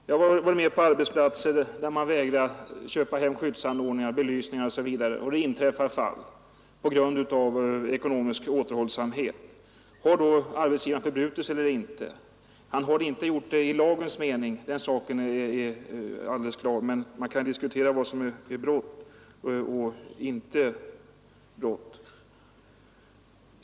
Jag har varit med på arbetsplatser där man vägrat köpa hem skyddsanordningar, belysningar osv. och där det inträffat olycksfall på grund av denna ekonomiska återhållsamhet. Har då arbetsgivaren förbrutit sig eller inte? Han har inte gjort det i lagens mening — den saken är alldeles klar — men man kan diskutera vad som är brott och inte brott.